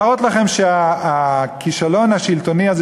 להראות לכם שהכישלון השלטוני הזה,